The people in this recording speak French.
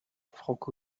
franco